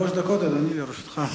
שלוש דקות, אדוני, לרשותך.